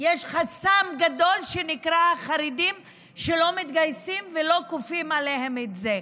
יש חסם גדול שנקרא חרדים שלא מתגייסים ולא כופים עליהם את זה,